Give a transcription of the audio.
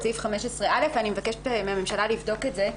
סעיף 15(א) ואני מבקשת מהממשלה לבדוק את זה.